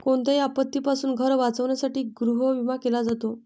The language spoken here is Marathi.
कोणत्याही आपत्तीपासून घर वाचवण्यासाठी गृहविमा केला जातो